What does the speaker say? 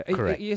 Correct